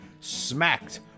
smacked